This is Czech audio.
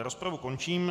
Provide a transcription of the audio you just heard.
Rozpravu končím.